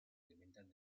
alimentan